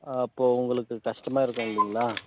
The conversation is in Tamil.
அப்போது உங்களுக்கு கஷ்டமாக இருக்கும் இல்லைங்களா